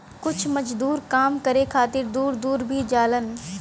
कुछ मजदूर काम करे खातिर दूर दूर भी जालन